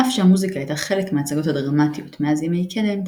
אף שהמוזיקה הייתה חלק מההצגות הדרמטיות מאז ימי קדם,